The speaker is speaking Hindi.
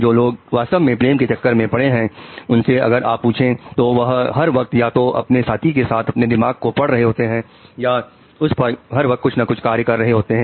जो लोग वास्तव में प्रेम के चक्कर में पड़े हैं उनसे अगर आप पूछें तो वह हर वक्त या तो अपने साथी के साथ अपने दिमाग को पढ़ रहे होते हैं या उस पर हर वक्त कुछ ना कुछ कार्य कर रहे होते हैं